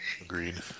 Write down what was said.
Agreed